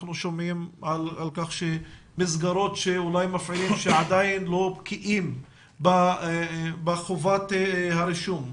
אנחנו שומעים על כך שמסגרות עדיין לא בקיאות בחובת הרישום,